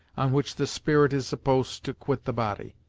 on which the spirit is supposed to quit the body.